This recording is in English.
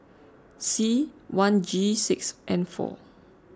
C one G six N four